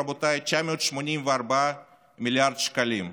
רבותיי, הוא 984 מיליארד שקלים,